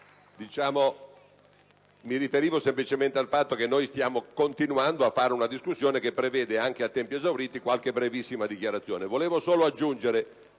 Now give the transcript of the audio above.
Mi riferivo semplicemente al fatto che stiamo continuando a svolgere una discussione che prevede, anche a tempi esauriti, qualche brevissima dichiarazione.